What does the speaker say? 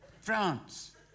France